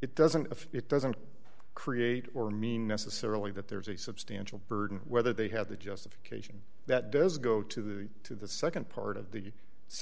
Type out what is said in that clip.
it doesn't if it doesn't create or mean necessarily that there is a substantial burden whether they have the justification that does go to the to the nd part of the